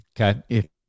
Okay